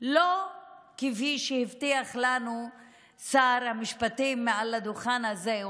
לא כפי שהבטיח לנו שר המשפטים מעל הדוכן הזה.